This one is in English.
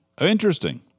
interesting